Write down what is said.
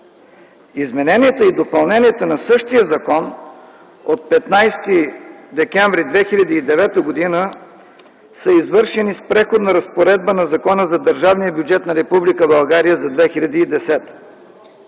Измененията и допълненията на същия закон от 15 декември 2009 г. са извършени с Преходна разпоредба на Закона за държавния бюджет на Република България за 2010 г.